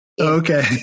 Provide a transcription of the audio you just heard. Okay